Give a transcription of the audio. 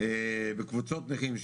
בקבוצות נכים,